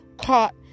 caught